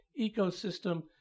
ecosystem